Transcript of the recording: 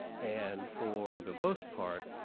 and for the most part,